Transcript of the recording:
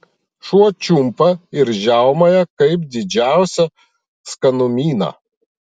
šuo čiumpa ir žiaumoja kaip didžiausią skanumyną